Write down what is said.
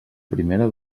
primera